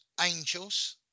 angels